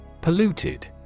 Polluted